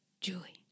Julie